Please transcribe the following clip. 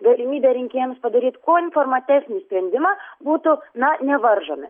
galimybė rinkėjams padaryt kuo informatesnį sprendimą būtų na nevaržomi